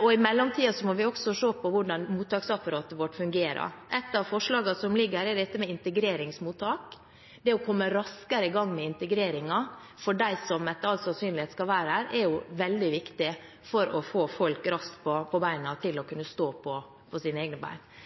og i mellomtiden må vi også se på hvordan mottaksapparatet vårt fungerer. Et av forslagene som ligger her, gjelder dette med integreringsmottak. Det å komme raskere i gang med integreringen for dem som etter all sannsynlighet skal være her, er veldig viktig for å få folk til raskt å kunne stå på egne bein. Så her er det mange gode forslag som vi kommer til å